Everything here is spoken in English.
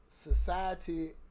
society